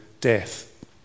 death